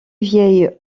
vieil